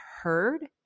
heard